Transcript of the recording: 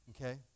Okay